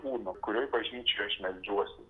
būnu kurioj bažnyčioj aš meldžiuosi